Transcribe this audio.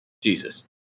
Jesus